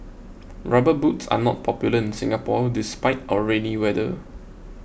rubber boots are not popular in Singapore despite our rainy weather